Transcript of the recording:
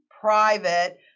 private